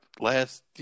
last